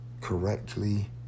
correctly